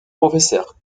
professeur